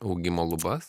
augimo lubas